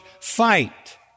fight